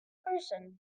person